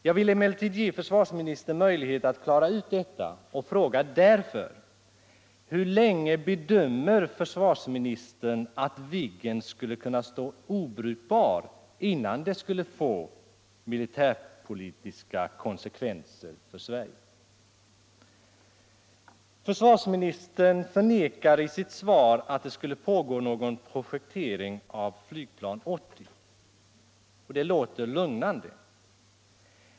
Jag vill emellertid ge försvarsministern möjlighet att klara ut detta och frågar därför: Hur länge bedömer försvarsministern att Viggen skulle kunna stå obrukbar innan det skulle få militärpolitiska konsekvenser för Sverige? Försvarsministern förnekar i sitt svar att det skulle pågå någon projektering av flygplan 80, och det låter lugnande.